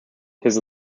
his